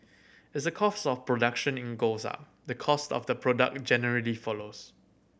as the cost of production in goes up the cost of the product generally follows